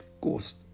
ghost